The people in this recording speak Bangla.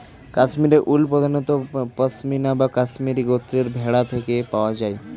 কাশ্মীরি উল প্রধানত পশমিনা বা কাশ্মীরি গোত্রের ভেড়া থেকে পাওয়া যায়